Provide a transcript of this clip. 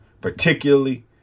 particularly